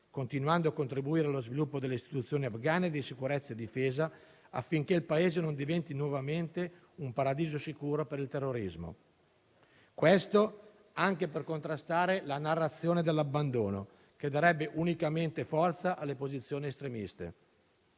continuando a contribuire allo sviluppo delle istituzioni afgane di sicurezza e difesa, affinché il Paese non diventi nuovamente un paradiso sicuro per il terrorismo. Ciò serve anche a contrastare la narrazione dell'abbandono, che darebbe unicamente forza alle posizioni estremiste.